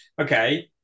okay